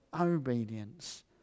obedience